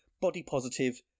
body-positive